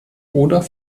oder